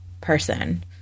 person